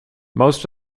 most